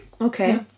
Okay